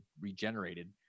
regenerated